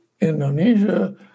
Indonesia